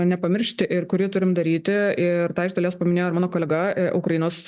nepamiršti ir kurį turim daryti ir tą iš dalies paminėjo ir mano kolega ukrainos